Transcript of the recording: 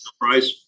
price